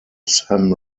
sam